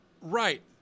right